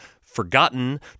forgotten